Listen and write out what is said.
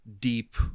deep